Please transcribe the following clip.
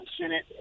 Senate